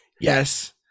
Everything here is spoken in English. Yes